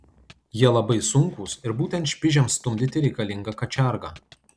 jie labai sunkūs ir būtent špižiams stumdyti reikalinga kačiarga